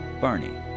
Barney